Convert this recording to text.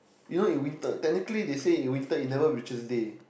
you know in winter technically they say in winter it never reaches day